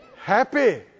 Happy